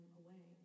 away